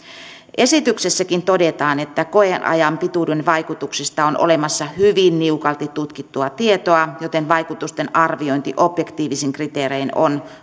esityksessäkin todetaan että koeajan pituuden vaikutuksista on olemassa hyvin niukalti tutkittua tietoa joten vaikutusten arviointi objektiivisin kriteerein on